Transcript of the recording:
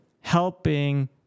helping